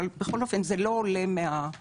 אבל בכל אופן זה לא עולה מהחקיקה.